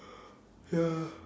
ya